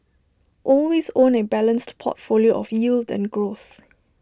always own A balanced portfolio of yield and growth